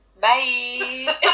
bye